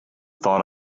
thought